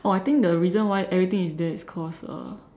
oh I think the reason why everything is there it's cause uh